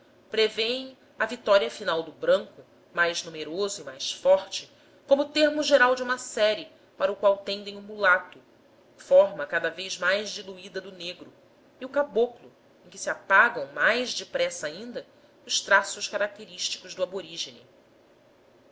prevêem a vitória final do branco mais numeroso e mais forte como termo geral de uma série para o qual tendem o mulato forma cada vez mais diluída do negro e o caboclo em que se apagam mais depressa ainda os traços característicos do aborígine